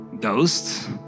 ghosts